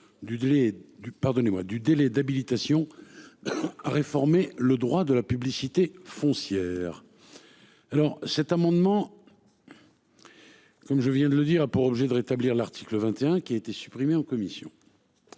du délai d'habilitation. À réformer le droit de la publicité foncière. Alors cet amendement. Donc je viens de le dire, a pour objet de rétablir l'article 21 qui a été supprimé en commission.